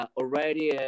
already